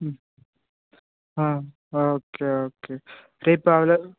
okay okay రేపు